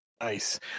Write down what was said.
Nice